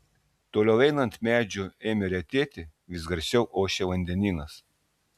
toliau einant medžių ėmė retėti vis garsiau ošė vandenynas